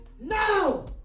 No